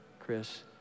Chris